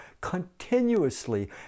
continuously